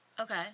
okay